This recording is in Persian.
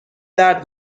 درد